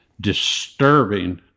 disturbing